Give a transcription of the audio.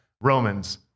Romans